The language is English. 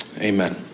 amen